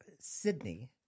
Sydney